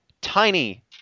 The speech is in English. tiny